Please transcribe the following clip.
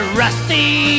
rusty